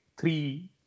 three